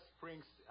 Springs